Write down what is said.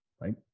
right